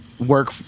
work